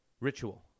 ritual